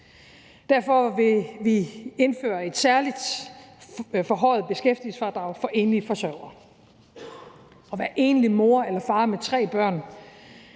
Derfor vil vi indføre et særlig forhøjet beskæftigelsesfradrag for enlige forsørgere. At være enlig mor eller far med tre børn